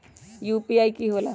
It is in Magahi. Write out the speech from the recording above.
यू.पी.आई कि होला?